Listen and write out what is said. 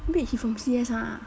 wait he from C_S ha